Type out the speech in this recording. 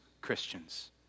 Christians